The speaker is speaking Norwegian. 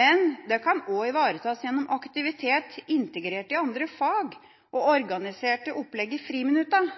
men det kan også ivaretas gjennom aktivitet integrert i andre fag og organiserte opplegg i friminuttene.